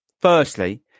Firstly